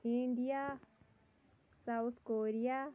India South Korea